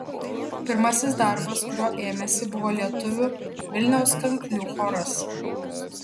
pirmasis darbas kurio ėmėsi buvo lietuvių vilniaus kanklių choras